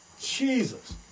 Jesus